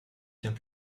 tient